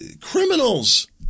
criminals